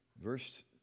Verse